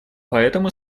поэтому